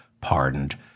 pardoned